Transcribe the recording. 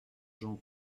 jean